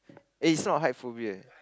eh is not height phobia